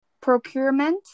Procurement